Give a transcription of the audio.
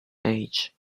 age